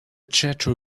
jethro